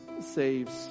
saves